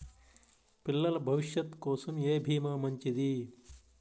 పిల్లల భవిష్యత్ కోసం ఏ భీమా మంచిది?